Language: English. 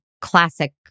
classic